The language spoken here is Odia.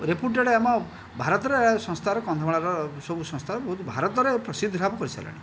ରେପୁଟେଡ୍ ଆମ ଭାରତରେ ସଂସ୍ଥାର କନ୍ଧମାଳର ସବୁ ସଂସ୍ଥା ବହୁତ ଭାରତରେ ପ୍ରସିଦ୍ଧି ଲାଭ କରିସାରିଲାଣି